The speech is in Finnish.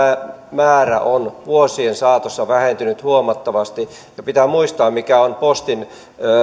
määrä on vuosien saatossa vähentynyt huomattavasti ja pitää muistaa mikä on postin